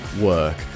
work